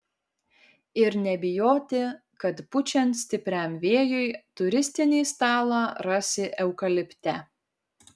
ir nebijoti kad pučiant stipriam vėjui turistinį stalą rasi eukalipte